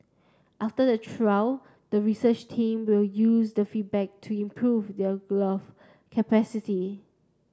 after the trial the research team will use the feedback to improve their glove